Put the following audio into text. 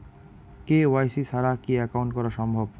KYC ছাড়া কি account করা সম্ভব?